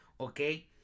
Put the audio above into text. Okay